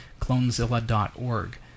clonezilla.org